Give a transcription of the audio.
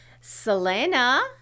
Selena